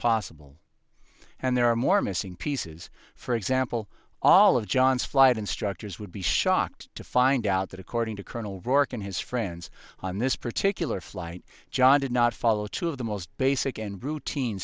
possible and there are more missing pieces for example all of john's flight instructors would be shocked to find out that according to colonel rourke and his friends on this particular flight john did not follow two of the most basic and routine